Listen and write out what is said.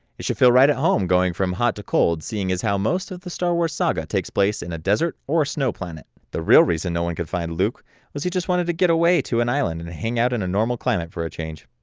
it should feel right at home going from hot to cold seeing as how most of the star wars saga takes place in a desert or snow planet. the real reason no one could find luke is he just wanted to get away to an island and hang out in a normal climate for a change.